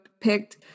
picked